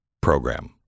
program